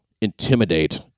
intimidate